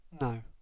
No